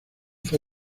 fue